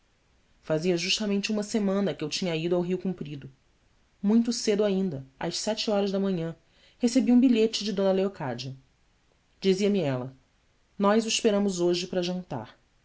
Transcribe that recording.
fazia justamente uma semana que eu tinha ido ao rio comprido muito cedo ainda às sete horas da manhã recebi um bilhete de d leocádia dizia-me ela nós o esperamos hoje para jantar